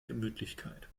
gemütlichkeit